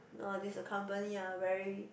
orh this company ah very